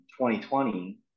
2020